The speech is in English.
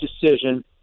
decision